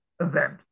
event